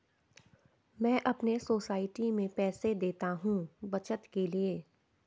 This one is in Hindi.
मैं अपने सोसाइटी में पैसे देता हूं बचत के लिए